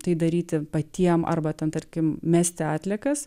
tai daryti patiem arba tarkim mesti atliekas